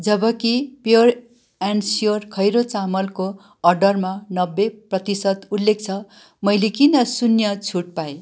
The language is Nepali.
जबकि प्योर एन्ड स्योर खैरो चामलको अर्डरमा नब्बे प्रतिशत उल्लेख छ मैले किन शून्य छुट पाएँ